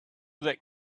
that